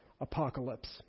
apocalypse